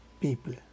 people